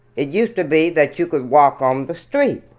it used to be that you could wa lk on the street